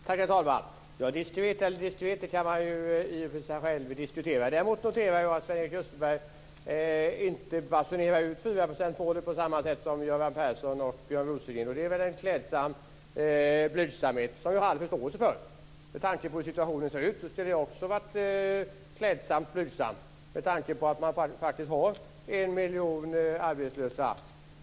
Herr talman! Diskret eller indiskret - det kan man ju i och för sig diskutera. Men jag noterade däremot att Sven-Erik Österberg inte basunerar ut 4 procentsmålet på samma sätt som Göran Persson och Björn Rosengren. Det är en klädsam blygsamhet som jag har all förståelse för. Med tanke på hur situationen ser ut skulle jag också vara klädsamt blygsam. Det finns ju faktiskt en miljon arbetslösa.